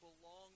belong